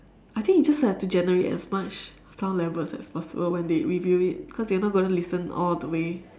I think you just have to generate as much sound levels as possible when they review it cause they're not gonna listen all the way